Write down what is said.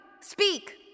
Speak